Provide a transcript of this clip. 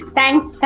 Thanks